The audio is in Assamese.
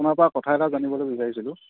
আপোনাৰ পৰা কথা এটা জানিবলৈ বিচাৰিছিলোঁ